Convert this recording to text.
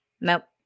nope